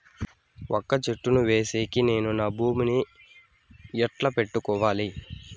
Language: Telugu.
వక్క చెట్టును వేసేకి నేను నా భూమి ని ఎట్లా పెట్టుకోవాలి?